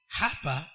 hapa